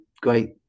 great